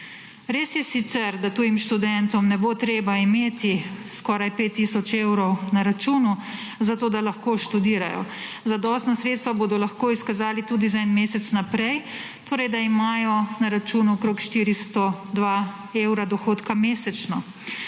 Res je sicer, da tujim študentom ne bo treba imeti skoraj 5 tisoč evrov na računu, zato da lahko študirajo. Zadostna sredstva bodo lahko izkazali tudi za en mesec naprej, torej, da imajo na računu okrog 402 evra dohodka mesečno.